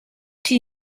tea